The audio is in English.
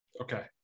okay